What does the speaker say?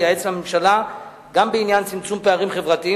ייעץ לממשלה גם בעניין צמצום פערים חברתיים